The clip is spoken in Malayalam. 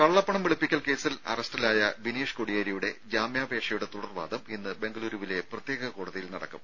കള്ളപ്പണം വെളുപ്പിക്കൽ കേസിൽ അറസ്റ്റിലായ ബിനീഷ് കോടിയേരിയുടെ ജാമ്യാപേക്ഷയുടെ തുടർ വാദം ഇന്ന് ബംഗലുരുവിലെ പ്രത്യേക കോടതിയിൽ നട ക്കും